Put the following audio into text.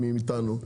מאתנו,